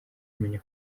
kumenya